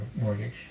mortgage